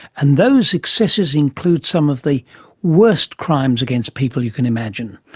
and those excesses included some of the worst crimes against people you can imagine.